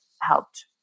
helped